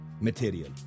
material